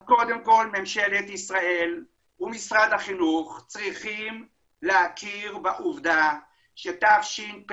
אז קודם כל ממשלת ישראל ומשרד החינוך צריכים להכיר בעובדה שתשפ"א,